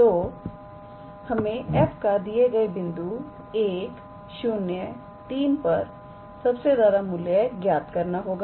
तो हमें f का दिए गए बिंदु 103 पर सबसे ज्यादा मूल्य ज्ञात करना होगा